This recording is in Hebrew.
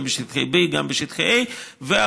גם בשטחי B,